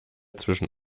zwischen